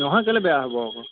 নহয় কেলে বেয়া হ'ব আকৌ